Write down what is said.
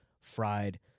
fried